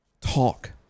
talk